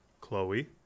Chloe